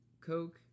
Coke